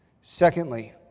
Secondly